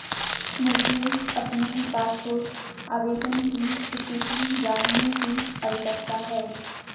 मुझे अपने पासपोर्ट आवेदन की स्थिति जानने की आवश्यकता है